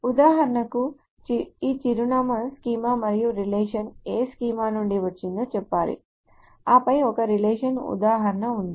ఉదాహరణకు ఈ చిరునామా స్కీమా మరియు రిలేషన్ ఏ స్కీమా నుండి వచ్చిందో చెప్పాలి ఆపై ఒక రిలేషన్ ఉదాహరణ ఉంది